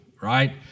right